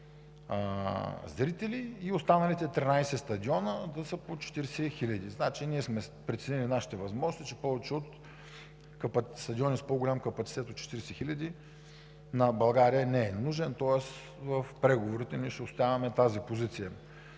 зрители и останалите 13 стадиона да са по 40 хиляди. Ние сме преценили нашите възможности, че стадиони с по-голям капацитет от 40 хиляди на България не са нужни, тоест в преговорите ще отстояваме тази позиция.